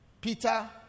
Peter